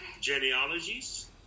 genealogies